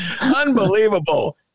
Unbelievable